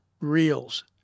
reels